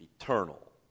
eternal